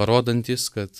parodantys kad